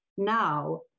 Now